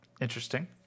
interesting